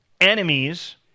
enemies